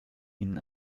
ihnen